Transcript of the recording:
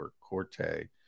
corte